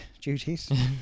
duties